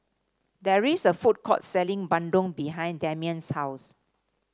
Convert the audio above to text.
there is a food court selling bandung behind Damion's house